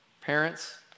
Parents